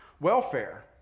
Welfare